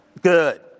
Good